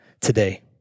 today